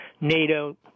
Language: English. NATO